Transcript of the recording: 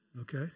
okay